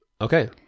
Okay